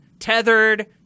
tethered